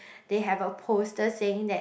they have a poster saying that